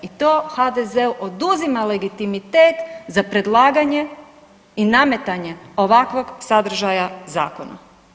I to HDZ-u oduzima legitimitet za predlaganje i nametanje ovakvog sadržaja zakona.